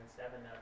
seven